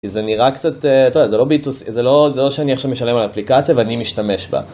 זה נראה קצת, זה לא b2c, זה לא שאני עכשיו משלם על האפליקציה ואני משתמש בה.